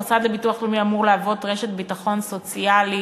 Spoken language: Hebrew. המוסד לביטוח לאומי אמור להוות רשת ביטחון סוציאלי,